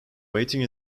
waiting